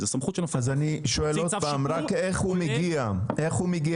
אז אני שואל עוד פעם רק איך הוא מגיע אליך?